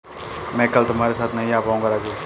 मैं कल तुम्हारे साथ नहीं आ पाऊंगा राजू